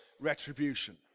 retribution